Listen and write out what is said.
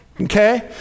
Okay